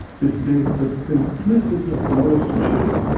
this is the simplicity of knowledge to share,